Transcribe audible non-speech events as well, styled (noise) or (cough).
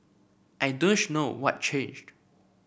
I (unintelligible) know what changed